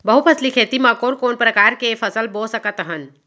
बहुफसली खेती मा कोन कोन प्रकार के फसल बो सकत हन?